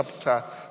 chapter